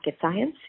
science